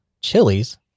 chilies